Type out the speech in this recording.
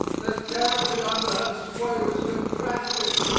the territory under her sway was contracted,